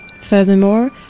Furthermore